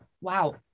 Wow